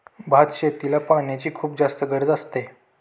भात शेतीला पाण्याची खुप जास्त गरज असते